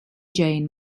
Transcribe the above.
jane